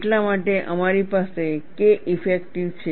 એટલા માટે અમારી પાસે K ઇફેક્ટિવ છે